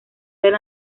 del